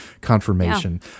confirmation